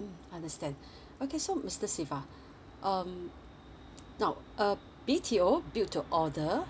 mm understand okay so mister siva um now uh B_T_O build to order